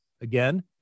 Again